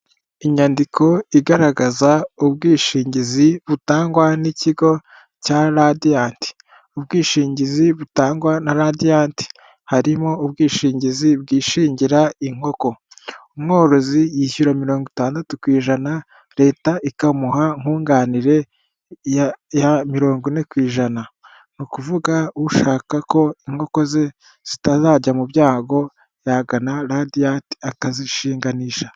Inyandiko igaragaza ubwishingizi butangwa n'ikigo cya radiyanti, ubwishingizi butangwa na radiyanti harimo ubwishingizi bwishingira inkoko, umworozi yishyura mirongo itandatu ku'ijana leta ikamuha nkunganire ya mirongo ine ku ijana, ni ukuvuga ushaka ko inkoko ze zitazajya mu byago yagana radiyanti akazishinganisha.